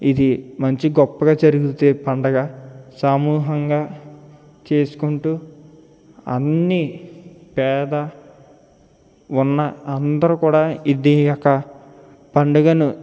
ఇది మంచి గొప్పగా జరుగుతుంది పండగ సామూహంగా చేసుకుంటూ అన్నీ పేద ఉన్న అందరూ కూడా ఇదే ఒక పండగను